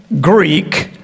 Greek